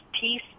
peace